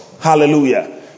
Hallelujah